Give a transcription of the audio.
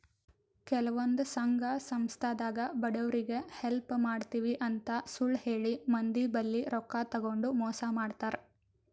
ಕೆಲವಂದ್ ಸಂಘ ಸಂಸ್ಥಾದಾಗ್ ಬಡವ್ರಿಗ್ ಹೆಲ್ಪ್ ಮಾಡ್ತಿವ್ ಅಂತ್ ಸುಳ್ಳ್ ಹೇಳಿ ಮಂದಿ ಬಲ್ಲಿ ರೊಕ್ಕಾ ತಗೊಂಡ್ ಮೋಸ್ ಮಾಡ್ತರ್